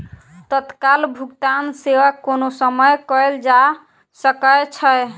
तत्काल भुगतान सेवा कोनो समय कयल जा सकै छै